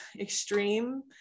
extreme